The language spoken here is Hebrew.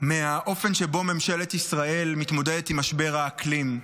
מהאופן שבו ממשלת ישראל מתמודדת עם משבר האקלים.